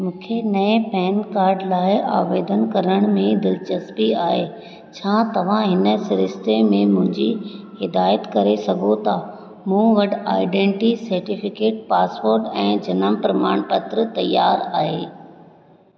मूंखे नये PAN card लाइ आवेदन करण में दिलचस्पी आहे छा तव्हां हिन सिरिश्ते में मुंहिंजी हिदायतु करे सघो था मूं वटि आईडेंटी सर्टिफिकेट पासपोर्ट ऐं जन्म प्रमाणपत्र तयारु आहे